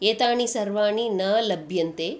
एतानि सर्वाणि न लभ्यन्ते